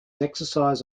exercise